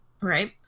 Right